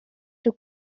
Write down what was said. توو